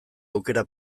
aukera